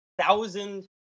thousand